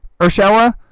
Urshela